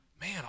Man